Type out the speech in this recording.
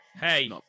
Hey